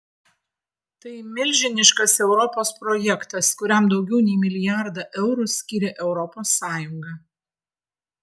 tai milžiniškas europos projektas kuriam daugiau nei milijardą eurų skyrė europos sąjunga